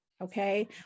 Okay